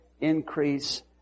increase